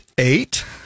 eight